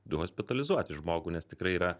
hospitalizuoti žmogų nes tikrai yra